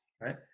right